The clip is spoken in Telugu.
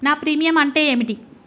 నా ప్రీమియం అంటే ఏమిటి?